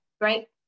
right